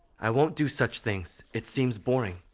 i won't do such things. it seems boring.